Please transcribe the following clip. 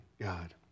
God